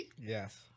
Yes